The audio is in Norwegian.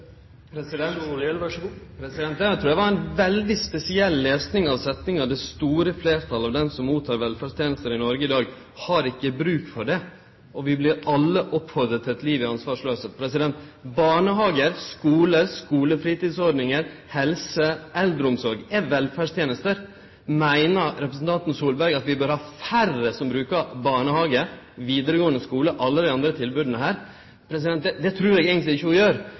de er så syke at de trenger mer omsorg. Vi har mange ambisjoner om å utvikle omsorgen i vårt samfunn for de gruppene som trenger det mest. Det trur eg var ein veldig spesiell lesing av setningane at det store fleirtalet av dei som mottek velferdstenester i Noreg i dag, har ikkje bruk for det, og vi blir alle oppmoda til «et liv i ansvarsløshet». Barnehagar, skular, skulefritidsordninga, helse og eldreomsorg er velferdstenester. Meiner representanten Solberg at vi bør ha færre som brukar barnehagar, videregåande skular og alle dei